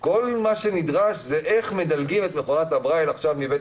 כל מה שנדרש לדעת הוא איך מעבירים את מכונת הברייל מבית